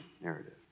narrative